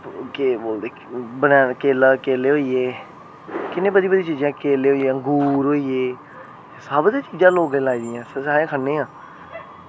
केह् बोलदे वेनाना केले होइये इयै बधी बधी चीज़ां केले होइये अंगूर होइये सब चीज़ां गै लोकें लाई दियां ते अस सब खन्ने आं